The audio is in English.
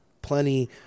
plenty